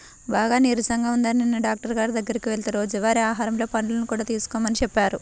బాగా నీరసంగా ఉందని నిన్న డాక్టరు గారి దగ్గరికి వెళ్తే రోజువారీ ఆహారంలో పండ్లను కూడా తీసుకోమని చెప్పాడు